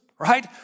Right